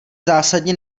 zásadně